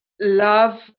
love